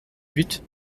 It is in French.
but